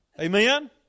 Amen